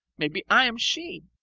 maybe i am she!